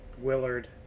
Willard